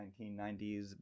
1990s